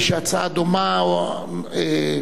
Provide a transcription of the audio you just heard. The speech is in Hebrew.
יועבר לדיון בוועדת החוקה,